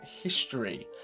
history